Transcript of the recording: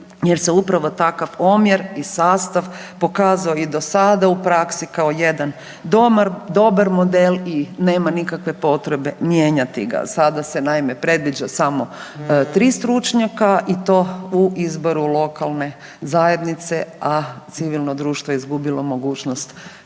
jer se upravo takav omjer i sastav pokazao i do sada u praksi kao jedan dobar model i nema nikakve potrebi mijenjati ga. Sada se naime predviđa samo 3 stručnjaka i to u izboru lokalne zajednice, a civilno društvo izgubilo mogućnost predlaganja